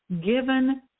given